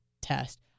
test